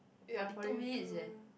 ya forty two